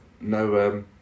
no